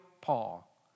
Paul